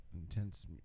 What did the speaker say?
Intense